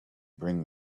bring